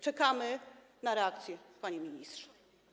Czekamy na reakcję, panie ministrze.